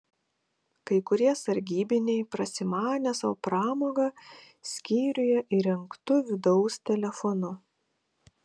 kai kurie sargybiniai prasimanė sau pramogą skyriuje įrengtu vidaus telefonu